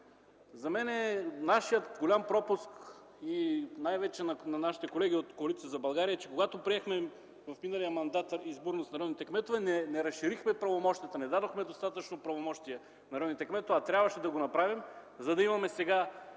За мен нашият голям пропуск и най-вече на нашите колеги от Коалиция за България е, че когато приехме в миналия мандат изборност на районните кметове, не разширихме правомощията и не им дадохме достатъчно правомощия, а трябваше да го направим, за да имаме сега